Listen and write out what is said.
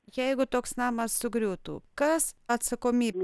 jeigu toks namas sugriūtų kas atsakomybę